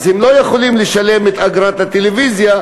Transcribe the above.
אז הם לא יכולים לשלם את אגרת הטלוויזיה,